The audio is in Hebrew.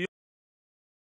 ביום רביעי האחרון